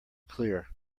clear